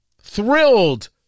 thrilled